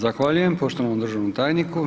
Zahvaljujem poštovanom državnom tajniku.